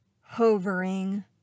hovering